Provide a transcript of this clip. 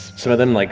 some of them, like